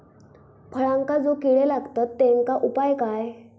फळांका जो किडे लागतत तेनका उपाय काय?